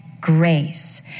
grace